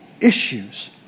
issues